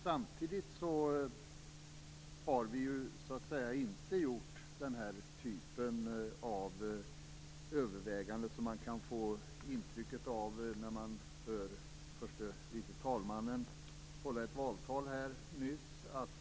Samtidigt har vi inte gjort den typ av överväganden som man kunde få intryck av när man hörde det som förste vice talmannen sade. Han höll ett valtal här nyss.